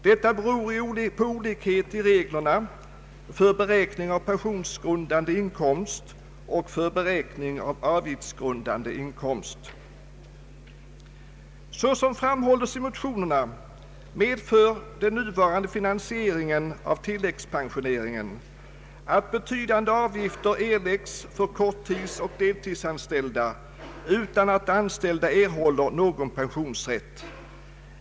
Detta beror på olikhet i regierna för beräkning av pensionsgrundande inkomst och för beräkning av avgiftsgrundande inkomst. Såsom framhållits i motionerna medför den nuvarande finansieringen av tilläggspensioneringen att betydande avgifter erläggs för korttidsoch deltidsanställda utan att de anställda erhåller någon pensionsrätt.